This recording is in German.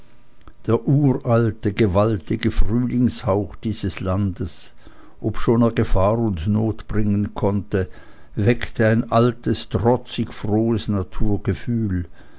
der uralte gewaltige frühlingshauch dieses landes obschon er gefahr und not bringen konnte weckte ein altes trotzig frohes